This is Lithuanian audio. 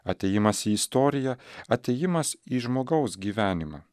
atėjimas į istoriją atėjimas į žmogaus gyvenimą